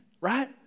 right